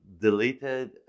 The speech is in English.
deleted